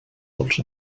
dels